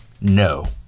No